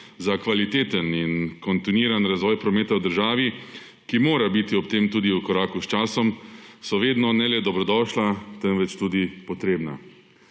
za kvaliteten in kontinuiran razvoj prometa v državi, ki mora biti ob tem tudi v koraku z časom so vedno ne le dobrodošla temveč tudi potrebna.